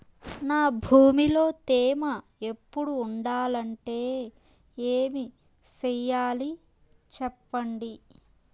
నా భూమిలో తేమ ఎప్పుడు ఉండాలంటే ఏమి సెయ్యాలి చెప్పండి?